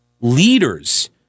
leaders